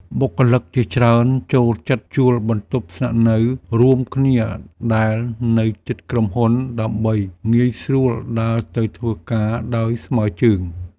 បុគ្គលិកជាច្រើនចូលចិត្តជួលបន្ទប់ស្នាក់នៅរួមគ្នាដែលនៅជិតក្រុមហ៊ុនដើម្បីងាយស្រួលដើរទៅធ្វើការដោយថ្មើរជើង។